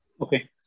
Okay